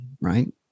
right